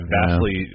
vastly